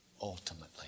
ultimately